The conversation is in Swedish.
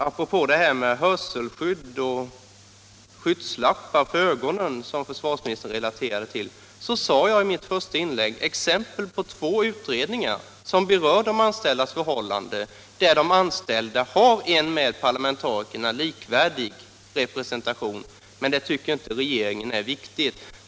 Apropå hörselskydd och skygglappar för ögonen som försvarsministern nämnde vill jag bara säga att jag i mitt första inlägg gav exempel på två utredningar som berör de anställdas förhållanden och där de anställda har en med parlamentarikerna likvärdig representation. Men det tycker inte regeringen är riktigt.